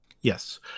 Yes